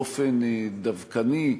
באופן דווקני,